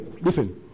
Listen